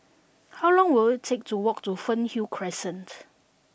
how long will it take to walk to Fernhill Crescent